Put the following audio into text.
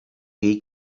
jej